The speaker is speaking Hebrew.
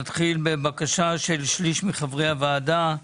נתחיל בבקשה של שליש מחברי הוועדה,